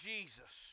Jesus